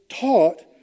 taught